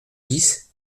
dix